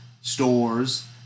stores